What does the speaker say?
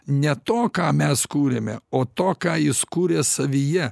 ne to ką mes kūrėme o to ką jis kūrė savyje